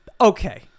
Okay